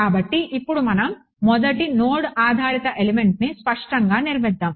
కాబట్టి ఇప్పుడు మనం మొదటి నోడ్ ఆధారిత ఎలిమెంట్ని స్పష్టంగా నిర్మిద్దాము